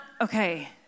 Okay